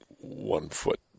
one-foot